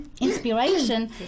inspiration